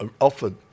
offered